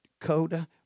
Dakota